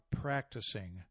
practicing